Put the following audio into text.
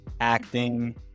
acting